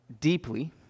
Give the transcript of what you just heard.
deeply